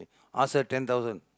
ask her ten thousand